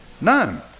None